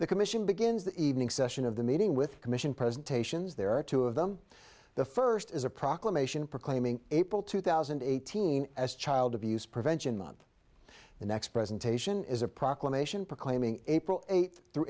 the commission begins the evening session of the meeting with commission presentations there are two of them the first is a proclamation proclaiming april two thousand and eighteen as child abuse prevention month the next presentation is a proclamation proclaiming april eighth through